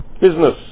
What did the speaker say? business